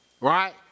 Right